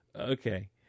Okay